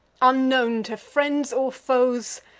unknown to friends, or foes,